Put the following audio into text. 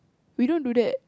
we don't do that